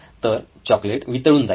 तर चॉकलेट वितळून जाईल